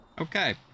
Okay